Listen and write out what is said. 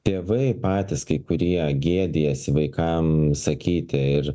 tėvai patys kai kurie gėdijasi vaikam sakyti ir